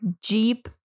jeep